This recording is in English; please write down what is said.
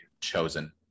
chosen